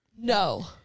No